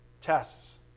tests